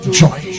joy